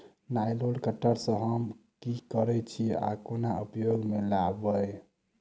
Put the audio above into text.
Nylon cutter सँ हम की करै छीयै आ केना उपयोग म लाबबै?